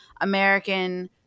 American